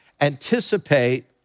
Anticipate